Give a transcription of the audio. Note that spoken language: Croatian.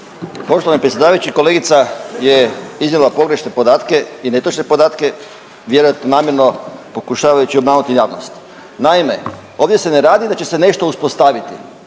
Poštovani predsjedavajući. Kolegica je iznijela pogrešne podatke i netočne podatke, vjerojatno namjerno pokušavajući obmanuti javnost. Naime, ovdje se ne radi da će se nešto uspostaviti,